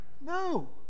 No